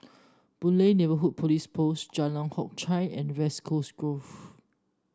Boon Lay Neighbourhood Police Post Jalan Hock Chye and West Coast Grove